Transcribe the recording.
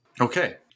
Okay